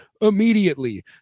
immediately